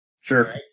Sure